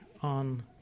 on